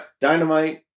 Dynamite